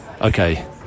Okay